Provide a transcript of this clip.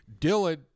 Dylan